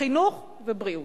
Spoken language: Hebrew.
חינוך ובריאות.